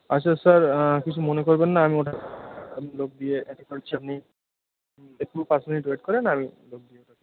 আচ্ছা স্যার কিছু মনে করবেন না আমি ওটা লোক দিয়ে একটু পাঁচ মিনিট ওয়েট করেন আমি লোক দিয়ে ওটাকে